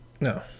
No